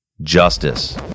justice